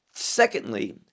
secondly